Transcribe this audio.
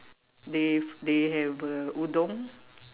they they have uh udon